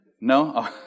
No